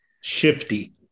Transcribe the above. Shifty